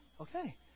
Okay